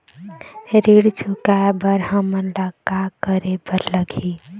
ऋण चुकाए बर हमन ला का करे बर लगही?